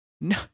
No